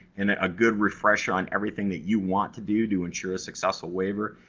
and ah a good refresh on everything that you want to do to ensure a successful waiver.